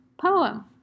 poem